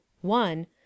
one